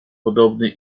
podobny